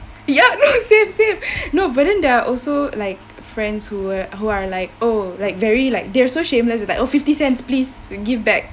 yup same same but then there are also like friends who were who are like oh like very like they are so shameless like oh fifty cents please give back